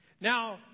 Now